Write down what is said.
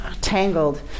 tangled